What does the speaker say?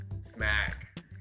smack